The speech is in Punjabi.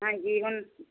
ਹਾਂਜੀ ਹੁਣ